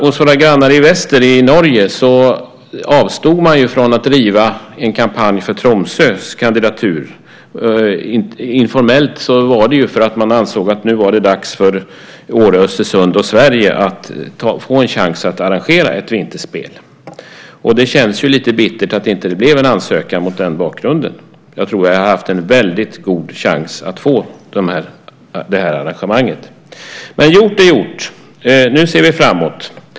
Hos våra grannar i väster, i Norge, avstod man från att driva en kampanj för Tromsös kandidatur. Informellt gjorde man det därför att man ansåg att det nu var dags för Åre, Östersund och Sverige att få en chans att arrangera ett vinterspel. Mot den bakgrunden känns det lite bittert att det inte blev en ansökan. Jag tror att vi hade haft en god chans att få arrangemanget. Men gjort är gjort. Nu ser vi framåt.